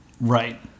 Right